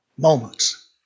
moments